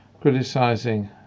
criticizing